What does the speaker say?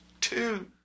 two